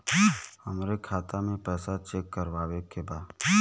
हमरे खाता मे पैसा चेक करवावे के बा?